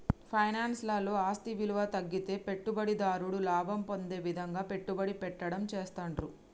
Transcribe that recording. finance లలో ఆస్తి విలువ తగ్గితే పెట్టుబడిదారుడు లాభం పొందే విధంగా పెట్టుబడి పెట్టడం చేస్తాండ్రు